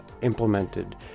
implemented